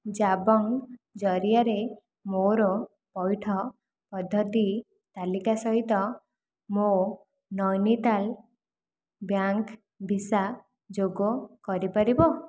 ଜାବଙ୍ଗ୍ ଜରିଆରେ ମୋର ପଇଠ ପଦ୍ଧତି ତାଲିକା ସହିତ ମୋ ନୈନିତାଲ ବ୍ୟାଙ୍କ୍ ଭିସା ଯୋଗ କରିପାରିବ